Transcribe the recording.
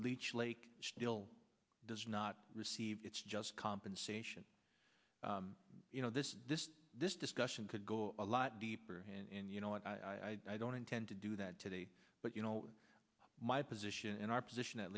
leech lake still does not receive it's just compensation you know this this discussion could go a lot deeper and you know what i don't intend to do that today but you know my position and our position at